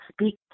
speak